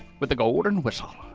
with the golden whistle.